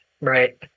right